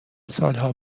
سالها